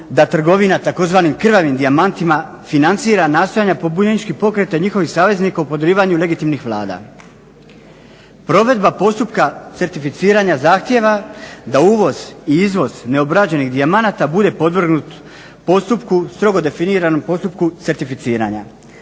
da trgovina tzv. "krvavim dijamantima" financira nastojanja pobunjeničkih pokreta i njihovih saveznika u podrivanju legitimnih vlada. Provedba postupka certificiranja zahtjeva da uvoz i izvoz neobrađenih dijamanata bude podvrgnut postupku strogo definiranom postupku certificiranja.